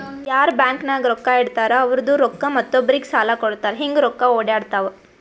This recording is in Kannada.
ಯಾರ್ ಬ್ಯಾಂಕ್ ನಾಗ್ ರೊಕ್ಕಾ ಇಡ್ತಾರ ಅವ್ರದು ರೊಕ್ಕಾ ಮತ್ತೊಬ್ಬರಿಗ್ ಸಾಲ ಕೊಡ್ತಾರ್ ಹಿಂಗ್ ರೊಕ್ಕಾ ಒಡ್ಯಾಡ್ತಾವ